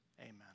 amen